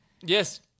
Yes